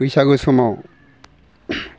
बैसागो समाव